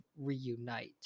reunite